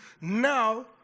now